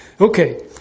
Okay